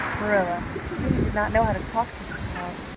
marilla really did not know how to talk to the child,